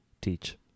teach